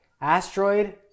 asteroid